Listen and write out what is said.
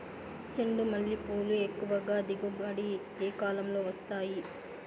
చెండుమల్లి పూలు ఎక్కువగా దిగుబడి ఏ కాలంలో వస్తాయి